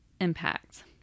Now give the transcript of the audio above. impact